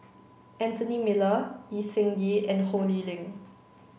Anthony Miller Lee Seng Gee and Ho Lee Ling